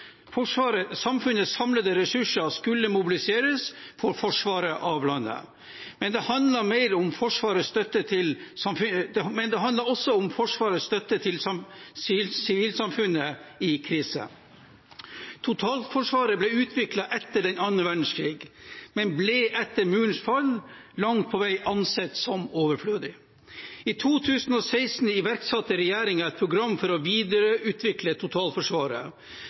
forsvaret av Norge skal bygge både på militært forsvar og bred sivil beredskap. Samfunnets samlede ressurser skulle mobiliseres for forsvaret av landet. Men det handler også om Forsvarets støtte til sivilsamfunnet i krise. Totalforsvaret ble utviklet etter annen verdenskrig, men ble etter murens fall langt på vei ansett som overflødig. I 2016 iverksatte regjeringen et program for å videreutvikle totalforsvaret.